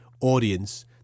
audience